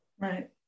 Right